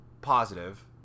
positive